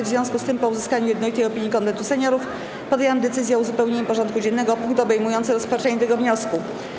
W związku z tym, po uzyskaniu jednolitej opinii Konwentu Seniorów, podjęłam decyzję o uzupełnieniu porządku dziennego o punkt obejmujący rozparzenie tego wniosku.